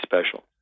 special